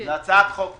זאת הצעת חוק ממשלתית.